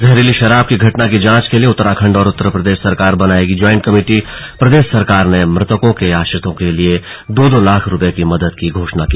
जहरीली शराब की घटना की जांच के लिए उत्तराखंड और उत्तर प्रदेश की सरकार बनाएगी ज्वाइंट कमेटीप्रदेश सरकार ने मृतकों के आश्रितों के लिए दो दो लाख रुपये की मदद की घोषणा की